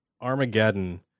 Armageddon